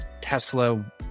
tesla